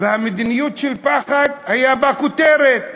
והמדיניות של הפחד, הייתה בה כותרת: